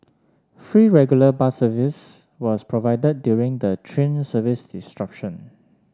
free regular bus service was provided during the train service